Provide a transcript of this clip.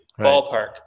ballpark